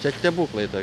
čia stebuklai to